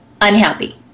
unhappy